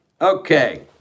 Okay